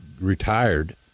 retired